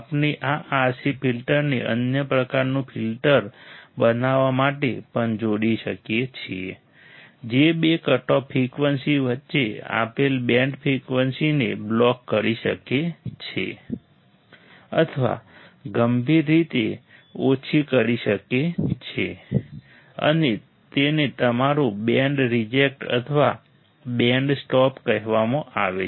આપણે આ RC ફિલ્ટરને અન્ય પ્રકારનું ફિલ્ટર બનાવવા માટે પણ જોડી શકીએ છીએ જે બે કટઓફ ફ્રિકવન્સી વચ્ચે આપેલ બેન્ડ ફ્રિકવન્સીને બ્લોક કરી શકે છે અથવા ગંભીર રીતે ઓછી કરી શકે છે અને તેને તમારું બેન્ડ રિજેક્ટ અથવા બેન્ડ સ્ટોપ કહેવામાં આવે છે